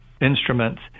instruments